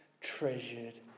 treasured